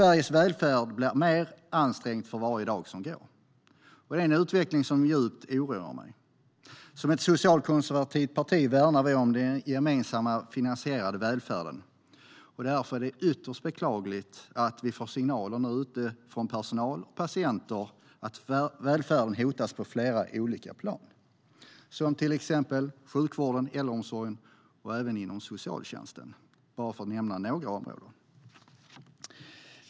Sveriges välfärd blir mer ansträngd för varje dag som går. Det är en utveckling som oroar mig djupt. Som ett socialkonservativt parti värnar vi om den gemensamt finansierade välfärden. Därför är det ytterst beklagligt att vi nu får signaler från personal och patienter om att välfärden hotas på flera olika plan, till exempel inom sjukvården, inom äldreomsorgen och även inom socialtjänsten för att nämna några områden.